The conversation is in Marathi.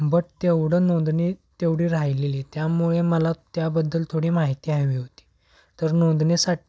बट तेवढं नोंदणी तेवढी राहिलेली त्यामुळे मला त्याबद्दल थोडी माहिती हवी होती तर नोंदणीसाठी